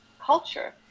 culture